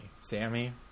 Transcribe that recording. Sammy